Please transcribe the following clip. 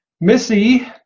Missy